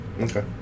Okay